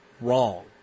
wrong